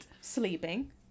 Sleeping